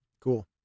cool